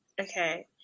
okay